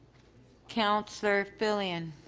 councillor filion.